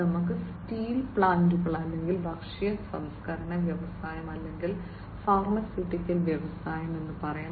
നമുക്ക് സ്റ്റീൽ പ്ലാന്റുകൾ അല്ലെങ്കിൽ ഭക്ഷ്യ സംസ്കരണ വ്യവസായം അല്ലെങ്കിൽ ഫാർമസ്യൂട്ടിക്കൽ വ്യവസായം എന്ന് പറയാം